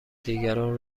دیگران